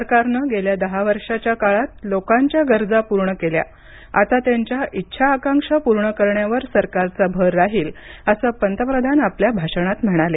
सरकारनं गेल्या दहा वर्षांच्या काळात लोकांच्या गरजा पूर्ण केल्या आता त्यांच्या इच्छा आकांक्षा पूर्ण करण्यावर सरकारचा भर राहील असं पंतप्रधान आपल्या भाषणात म्हणाले